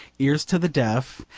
ears to the deaf,